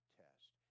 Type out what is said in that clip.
test